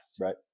Right